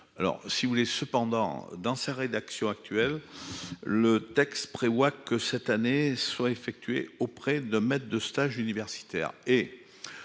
alors si vous voulez. Cependant, dans sa rédaction actuelle. Le texte prévoit que cette année soit fait. Tu es auprès de maître de stage universitaires